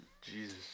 Jesus